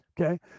okay